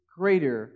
greater